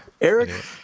Eric